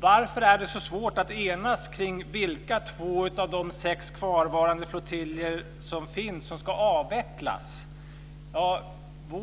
Varför är det så svårt att enas kring vilka två av de sex kvarvarande flottiljerna som ska avvecklas?